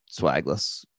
swagless